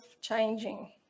changing